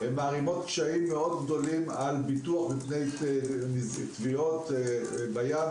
מערימות קשיים גדולים מאוד על ביטוח מפני טביעות בים.